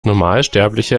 normalsterblicher